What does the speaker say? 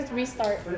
restart